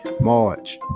March